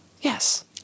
Yes